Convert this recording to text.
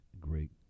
great